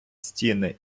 стіни